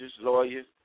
lawyers